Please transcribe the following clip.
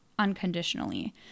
unconditionally